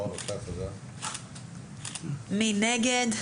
מי נגד?